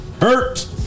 Hurt